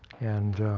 and